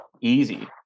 easy